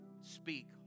speak